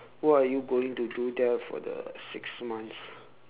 what are you going to do there for the six months